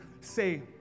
say